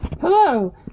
Hello